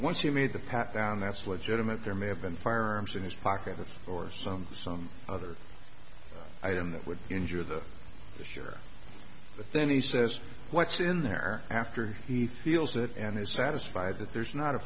once you made the pat down that's what gentleman there may have been firearms in his pocket or some some other item that would injure the sure but then he says what's in there after he feels it and is satisfied that there's not a